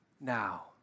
now